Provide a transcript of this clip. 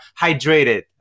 hydrated